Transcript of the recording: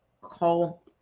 call